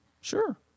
sure